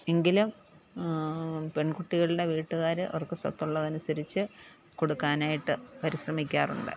എങ്കിലും പെൺകുട്ടികളുടെ വീട്ടുകാർ അവർക്ക് സ്വത്തുള്ളത് അനുസരിച്ച് കൊടുക്കാനായിട്ട് അവർ ശ്രമിക്കാറുണ്ട്